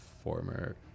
former